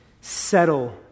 settle